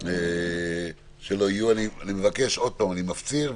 אני מפציר,